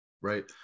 right